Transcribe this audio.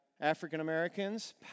African-Americans